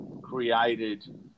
created